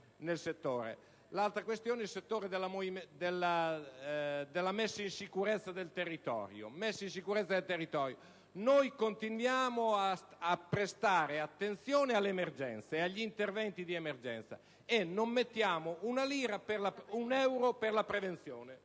L'altra questione riguarda la messa in sicurezza del territorio. Noi continuiamo a prestare attenzione all'emergenza e agli interventi di emergenza e non mettiamo un euro per la prevenzione